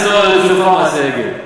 שההיסטוריה רצופה בחטא העגל,